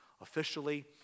officially